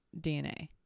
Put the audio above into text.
DNA